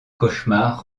cauchemar